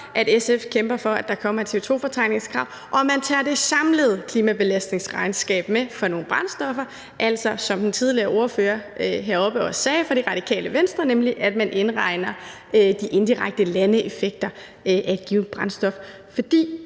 at SF kæmper for, at der kommer et CO2-fortrængningskrav, og at man tager det samlede klimabelastningsregnskab med for nogle brændstoffer; at man altså, som den tidligere ordfører fra Radikale Venstre sagde, indregner de indirekte landeeffekter af et givent brændstof. For